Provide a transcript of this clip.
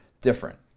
different